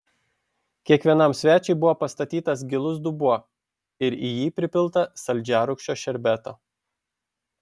kiekvienam svečiui buvo pastatytas gilus dubuo ir į jį pripilta saldžiarūgščio šerbeto